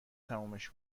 تمومش